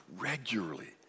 regularly